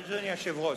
אדוני היושב-ראש,